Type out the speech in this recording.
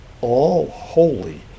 all-holy